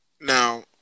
Now